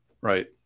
right